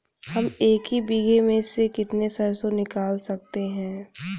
हम एक बीघे में से कितनी सरसों निकाल सकते हैं?